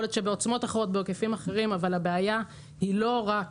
להיות שבעוצמות אחרות ובהיקפים אחרים אבל הבעיה היא לא רק